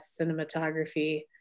cinematography